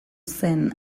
zen